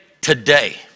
today